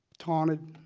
taunted,